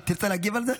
תרצה להגיב על זה?